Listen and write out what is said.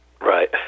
right